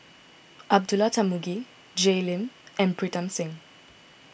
Abdullah Tarmugi Jay Lim and Pritam Singh